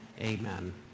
Amen